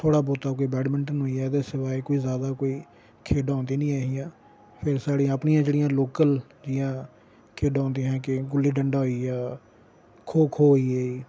थोह्ड़ा बोह्ता कोई बैडमिंटन होई गेआ ते सिवाए कोई ज्यादा कोई खेढां औंदियां नेईं हियां फेर साढियां अपनियां जेह्ड़ियां लोकल जियां खेढां होंदियां हियां कि गुल्ली डंडा होई गेआ खो खो होई गेई